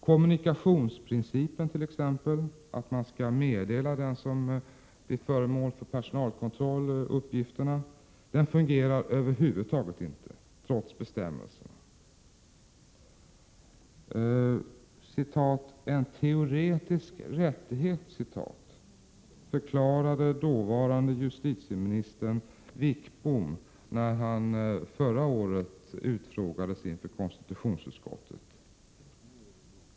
Kommunikationsprincipen, t.ex. att man skall meddela den som blir föremål för kontroll, fungerar över huvud taget inte trots bestämmelserna. ”En teoretisk rättighet”, förklarade dåvarande justitieminister Sten Wickbom när han förra året utfrågades inför konstitutionsutskottet.